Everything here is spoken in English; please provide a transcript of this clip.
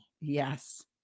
Yes